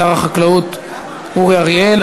שר החקלאות אורי אריאל.